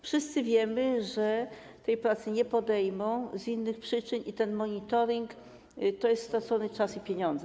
Wszyscy wiemy, że tej pracy nie podejmą z innych przyczyn i ten monitoring to jest stracony czas i pieniądze.